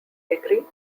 degree